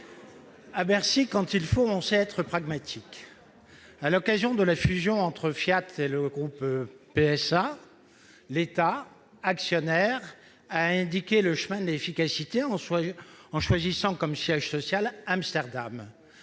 à Bercy, quand il le faut, on sait être pragmatique. À l'occasion de la fusion entre Fiat et le groupe PSA, l'État, actionnaire, a indiqué le chemin de l'efficacité en choisissant comme siège social Amsterdam.